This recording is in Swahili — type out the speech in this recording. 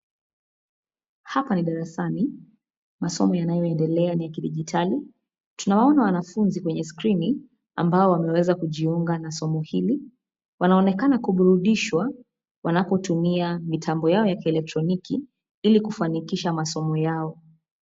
Hapa ni darasani, masomo yanayoendelea ni ya kidijitali. Tunawaona wanafunzi kwenye skrini ambao wameweza kujiunga na somo hili. Wanaonekana kuburudishwa, wanapotumia mitambo yao ya kielektroniki ili kufanikisha masomo yao.